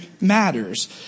matters